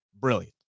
brilliant